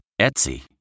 Etsy